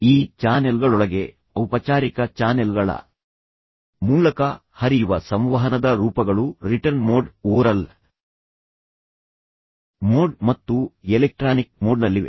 ಈ ಚಾನೆಲ್ಗಳೊಳಗೆ ಔಪಚಾರಿಕ ಚಾನೆಲ್ಗಳ ಮೂಲಕ ಹರಿಯುವ ಸಂವಹನದ ರೂಪಗಳು ರಿಟರ್ನ್ ಮೋಡ್ ಓರಲ್ ಮೋಡ್ ಮತ್ತು ಎಲೆಕ್ಟ್ರಾನಿಕ್ ಮೋಡ್ನಲ್ಲಿವೆ